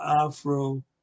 Afro